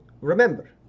remember